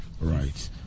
Right